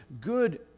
good